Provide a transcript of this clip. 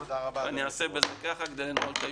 הישיבה ננעלה בשעה 15:35.